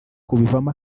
kubivamo